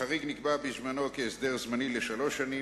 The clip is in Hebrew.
החריג נקבע בזמנו כהסדר זמני לשלוש שנים,